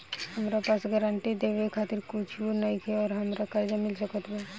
हमरा पास गारंटी मे देवे खातिर कुछूओ नईखे और हमरा कर्जा मिल सकत बा?